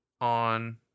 on